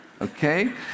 okay